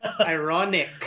Ironic